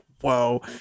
whoa